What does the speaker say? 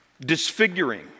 disfiguring